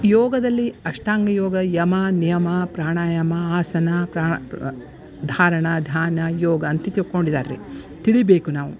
ಯೋಗದಲ್ಲಿ ಅಷ್ಟಾಂಗ ಯೋಗ ಯಮ ನಿಯಮ ಪ್ರಾಣಾಯಾಮ ಆಸನ ಪ್ರಾಣ ಧಾರಣ ಧ್ಯಾನ ಯೋಗ ಅಂತ ತಿಳ್ಕೊಂಡಿದಾರ್ರೀ ತಿಳಿಬೇಕು ನಾವು